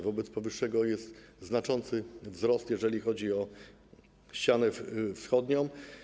Wobec powyższego jest znaczący wzrost, jeżeli chodzi o ścianę wschodnią.